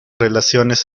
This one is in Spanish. relaciones